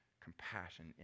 compassion